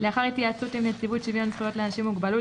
לאחר התייעצות עם נציבות שוויון זכויות לאנשים עם מוגבלות